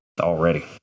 already